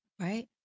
right